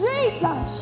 Jesus